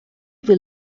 will